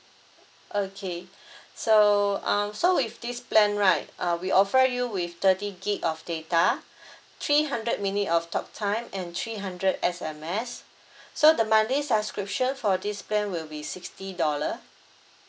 okay so uh so with this plan right uh we offer you with thirty gig of data three hundred minute of talk time and three hundred S_M_S so the monthly subscription for this plan will be sixty dollar